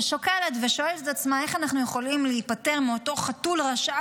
ששוקלת ושואלת את עצמה איך אנחנו יכולים להיפטר מאותו חתול רשע,